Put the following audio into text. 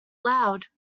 aloud